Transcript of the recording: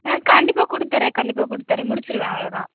ஆ கண்டிப்பாக கொடுத்தர்றேன் கண்டிப்பாக கொடுத்தர்றேன் முடிச்சிடுவேன் அவ்வளோதான்